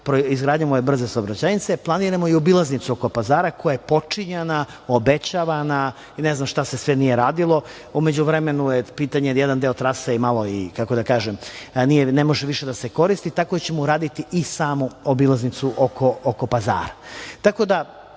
izgradnjom ove brze saobraćajnice planiramo i obilaznicu oko Pazara koja je počinjana, obećavana i ne znam šta se sve nije radilo. U međuvremenu je pitanje, jer jedan deo trase ne može više da se koristi, tako da ćemo uraditi i samu obilaznicu oko Pazara. Tako da